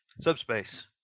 subspace